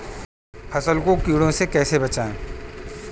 फसल को कीड़ों से कैसे बचाएँ?